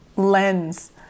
lens